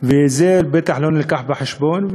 וזה בטח לא הובא בחשבון,